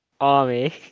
army